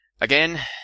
Again